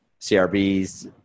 crb's